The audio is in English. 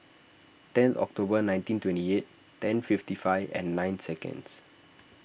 ten October nineteen twenty eight ten fifty five nine seconds